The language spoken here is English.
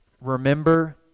Remember